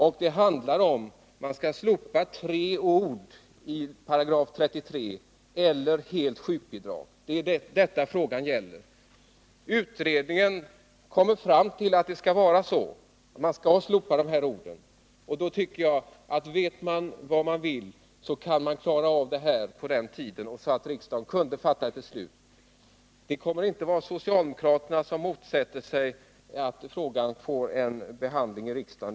Vad det handlar om är om man i 33 § skall slopa de tre orden ”eller helt sjukbidrag”. Utredningen kommer fram till att dessa ord bör slopas. Om man vet vad man vill i denna fråga, kan man bli färdig med den i så god tid att ett beslut i ärendet kan fattas under innevarande riksmöte. Jag kan garantera att det inte är socialdemokraterna som motsätter sig att frågan nu i vår behandlas av riksdagen.